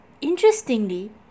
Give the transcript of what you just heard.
Interestingly